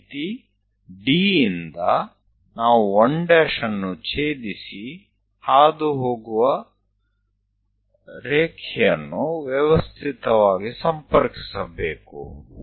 ಅದೇ ರೀತಿ D ಇಂದ ನಾವು 1' ಅನ್ನು ಛೇದಿಸಿ ಹಾದುಹೋಗುವ ರೇಖೆಯನ್ನು ವ್ಯವಸ್ಥಿತವಾಗಿ ಸಂಪರ್ಕಿಸಬೇಕು